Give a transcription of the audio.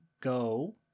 go